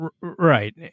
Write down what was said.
Right